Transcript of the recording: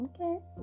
okay